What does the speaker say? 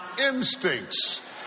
instincts